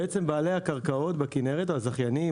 בעלי הקרקעות בכנרת הזכיינים,